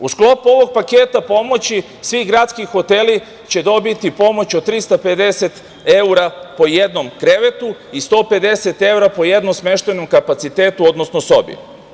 U sklopu ovog paketa pomoći svi gradski hoteli će dobiti pomoć od 350 evra po jednom krevetu i 150 evra po jednom smeštajnom kapacitetu, odnosno sobi.